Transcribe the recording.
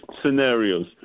scenarios